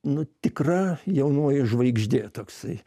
nu tikra jaunoji žvaigždė toksai